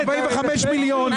45 מיליון,